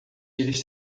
eles